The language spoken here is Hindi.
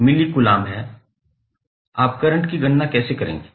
आप करंट की गणना कैसे करेंगे